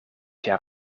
jaar